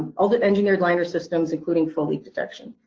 all the engineered liner systems including full leak protection.